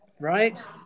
right